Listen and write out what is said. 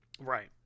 Right